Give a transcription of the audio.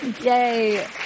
Yay